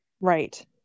right